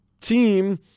team